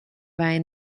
vai